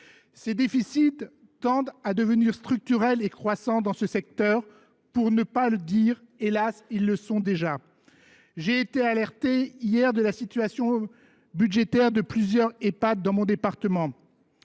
Ces déficits tendent à devenir structurels et croissants dans ce secteur – pour ne pas dire, hélas !, qu’ils le sont déjà. J’ai été alerté, hier, sur la situation budgétaire de plusieurs Ehpad de mon département.